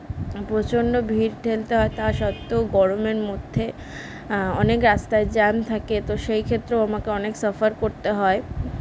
প্রচণ্ড ভিড় ঠেলতে হয় তা সত্ত্বেও গরমের মধ্যে অনেক রাস্তায় জ্যাম থাকে তো সেই ক্ষেত্রেও আমাকে অনেক সাফার করতে হয়